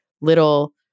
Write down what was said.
little